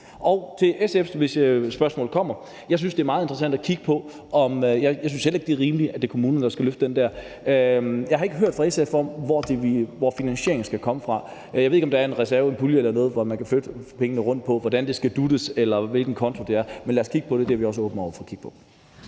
jeg sige, hvis spørgsmålet kommer: Jeg synes, det er meget interessant at kigge på det, og jeg synes heller ikke, det er rimeligt, at det er kommunerne, der skal løfte det der. Jeg har ikke hørt af SF, hvor finansieringen skal komme fra, og jeg ved ikke, om der er en reservepulje eller noget, hvor man kan flytte penge rundt, hvordan det skal dut'es, eller hvilken konto det er. Men lad os kigge på det. Vi er også åbne over for at kigge på